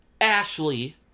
Ashley